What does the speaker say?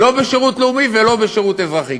לא בשירות לאומי ולא בשירות אזרחי.